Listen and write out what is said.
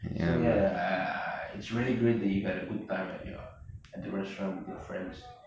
so ya I it's really great that you got a good time and at the restaurant with your friends